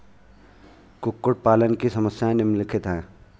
कुक्कुट पालन की समस्याएँ निम्नलिखित हैं